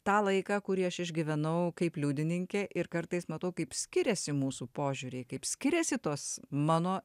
tą laiką kurį aš išgyvenau kaip liudininkė ir kartais matau kaip skiriasi mūsų požiūriai kaip skiriasi tos mano